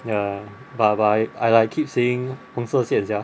ya but but I like keep seeing 红色的线 sia